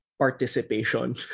Participation